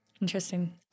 Interesting